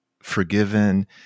Forgiven